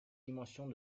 dimensions